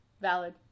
Valid